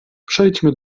przejdźmy